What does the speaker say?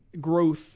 growth